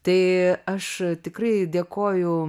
tai aš tikrai dėkoju